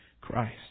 Christ